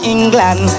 England